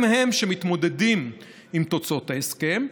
הם-הם שמתמודדים עם תוצאות ההסכם.